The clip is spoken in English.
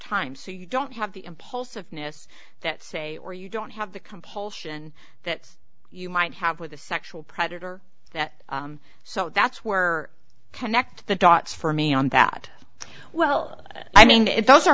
time so you don't have the impulsiveness that say or you don't have the compulsion that you might have with a sexual predator that so that's where connect the dots for me on that well i mean if those are